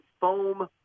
foam